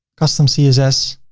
custom css